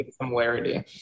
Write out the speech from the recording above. Similarity